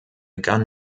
gun